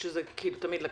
כנראה שזה תמיד כך,